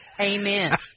Amen